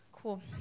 Cool